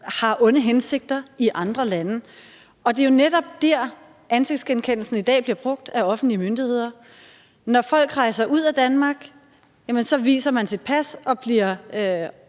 har onde hensigter i andre lande. Det er jo netop der, ansigtsgenkendelsen i dag bliver brugt af offentlige myndigheder. Når folk rejser ud af Danmark, viser de deres pas og bliver